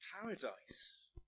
paradise